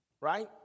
Right